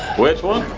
which one?